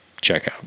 checkout